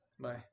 Bye